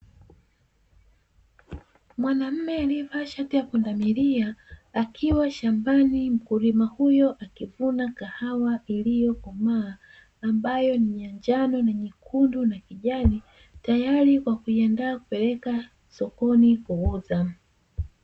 Mwanamme aliyevaa shati ya pundamilia, akiwa shambani mkulima huyo, akivuna kahawa iliyokomaa, ambayo ni ya njano na nyekundu na ya kijani, tayari kwa kuiandaa kupeleka sokoni kuuza.